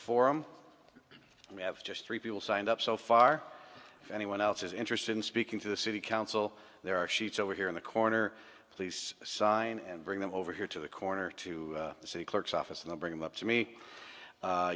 forum we have just three people signed up so far if anyone else is interested in speaking to the city council there are sheets over here in the corner please sign and bring them over here to the corner to the city clerk's office numbering them up to me